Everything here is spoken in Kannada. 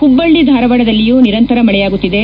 ಹುಬ್ಬಳ್ಳಿ ಧಾರವಾಡದಲ್ಲಿಯೂ ನಿರಂತರ ಮಳೆಯಾಗುತ್ತಿದೆ